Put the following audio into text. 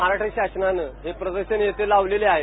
महाराष्ट्र शासनानं हे प्रदर्शन येथे लावलेले आहे